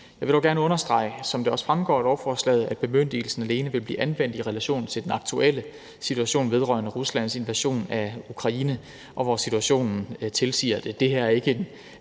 Jeg vil dog gerne understrege, som det også fremgår af lovforslaget, at bemyndigelsen alene vil blive anvendt i relation til den aktuelle situation vedrørende Ruslands invasion af Ukraine, og hvor situationen tilsiger det. Det her er ikke et